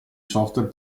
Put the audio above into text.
software